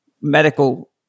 medical